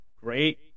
great